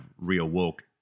reawoke